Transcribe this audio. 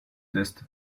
test